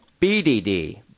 BDD